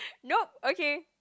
no okay